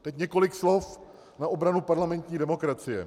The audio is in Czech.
Teď několik slov na obranu parlamentní demokracie.